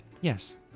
Yes